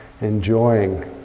enjoying